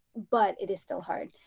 but it is still hard.